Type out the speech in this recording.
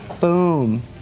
Boom